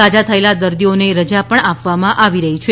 સાજા થયેલા દર્દીઓને રજા આપવામાં આવી રહી છે